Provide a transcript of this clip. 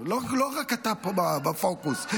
לא רק אתה בפוקוס פה.